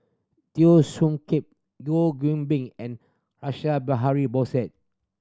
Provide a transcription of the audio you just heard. Teo Soon Kim Goh Bin and Russia Behari